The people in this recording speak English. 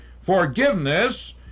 forgiveness